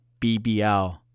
BBL